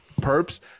perps